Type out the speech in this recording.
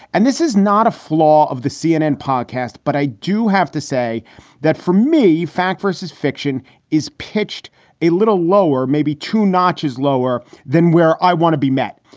and this is not a flaw of the cnn podcast, but i do have to say that for me. fact versus fiction is pitched a little lower, maybe two notches lower than where i want to be met.